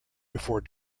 before